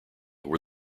were